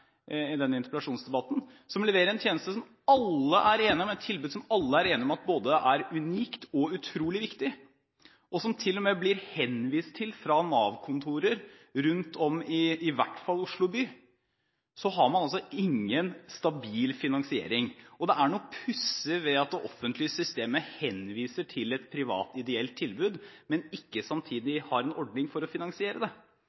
i denne interpellasjonsdebatten – leverer en tjeneste, et tilbud, som alle er enige om at både er unikt og utrolig viktig, og som til og med blir henvist til fra Nav-kontorer rundt om i hvert fall i Oslo by, har man altså ingen stabil finansiering. Det er noe pussig ved at det offentlige systemet henviser til et privat, ideelt tilbud, men ikke samtidig har en ordning for å finansiere det.